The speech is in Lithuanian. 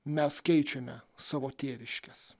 mes keičiame savo tėviškes